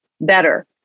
better